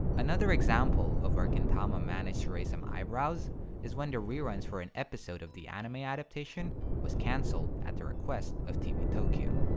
another example of where gintama managed to raise some eyebrows is when the reruns for an episode of the anime adaptation was cancelled at the request of tv tokyo.